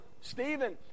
Stephen